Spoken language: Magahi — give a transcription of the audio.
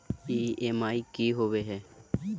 ई.एम.आई की होवे है?